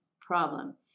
problem